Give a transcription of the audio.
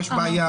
יש בעיה